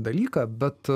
dalyką bet